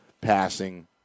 passing